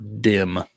dim